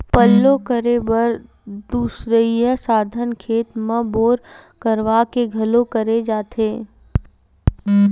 पल्लो करे बर दुसरइया साधन खेत म बोर करवा के घलोक करे जाथे